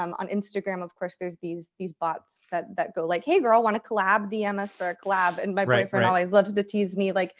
um on instagram of course there's these these bots that that go, like, hey girl, want to collab? dm us for a collab. and my boyfriend always loves to tease me. like,